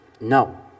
No